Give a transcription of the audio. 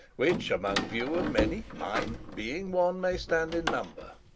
which, among view of many, mine, being one, may stand in number,